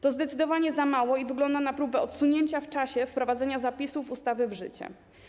To zdecydowanie za mało i wygląda to na próbę odsunięcia w czasie wprowadzenia zapisów ustawy w życie.